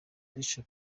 bishop